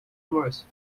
voz